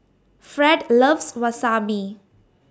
Fred loves Wasabi